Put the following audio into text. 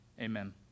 Amen